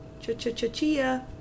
cha-cha-cha-chia